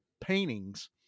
paintings